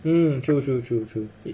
mm true true true true